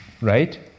Right